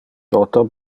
toto